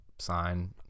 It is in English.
Sign